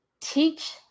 Teach